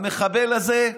המחבל הזה,